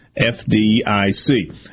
FDIC